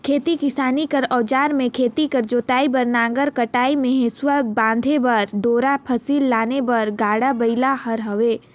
खेती किसानी कर अउजार मे खेत कर जोतई बर नांगर, कटई मे हेसुवा, बांधे बर डोरा, फसिल लाने बर गाड़ा बइला हर हवे